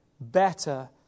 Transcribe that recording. better